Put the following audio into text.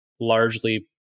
largely